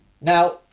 Now